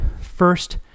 first